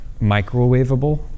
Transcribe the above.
microwavable